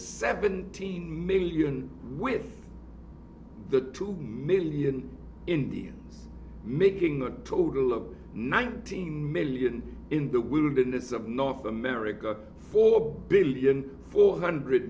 seventeen million with the two million indians making the total of nineteen million in the wilderness of north america four billion four hundred